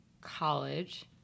college